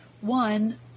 one